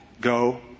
go